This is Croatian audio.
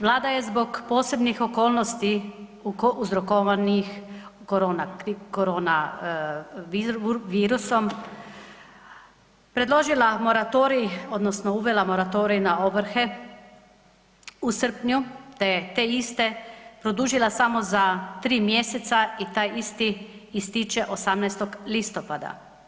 Vlada je zbog posebnih okolnosti uzrokovanih koronavirusom predložila moratorij odnosno uvela moratorij na ovrhe u srpnju, te iste produžila samo za tri mjeseca i taj isti ističe 18. listopada.